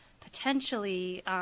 potentially –